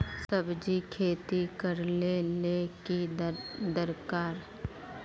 सब्जी खेती करले ले की दरकार?